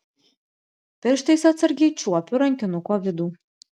pirštais atsargiai čiuopiu rankinuko vidų